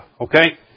Okay